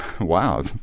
Wow